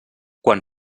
quan